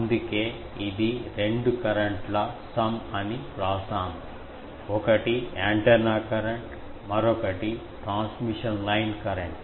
అందుకే ఇది రెండు కరెంట్ల సమ్ అని వ్రాసాము ఒకటి యాంటెన్నా కరెంట్ మరొకటి ట్రాన్స్మిషన్ లైన్ కరెంట్